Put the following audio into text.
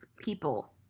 people